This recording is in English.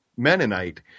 Mennonite